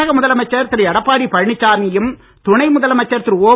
தமிழக முதலமைச்சர் திரு எடப்பாடி பழனிசாமியும் துணை முதலமைச்சர் திரு ஓ